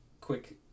quick